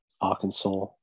Arkansas